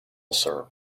sir